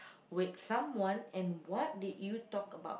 with someone and what did you talk about